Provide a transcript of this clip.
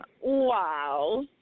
Wow